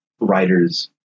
writers